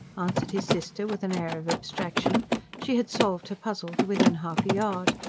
answered his sister with an air of abstraction she had solved her puzzle to within half a yard.